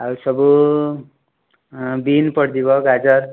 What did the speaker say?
ଆଉ ସବୁ ବିନ୍ ପଡ଼ିଯିବ ଗାଜର